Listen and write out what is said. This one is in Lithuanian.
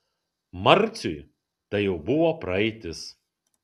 marciui tai jau buvo praeitis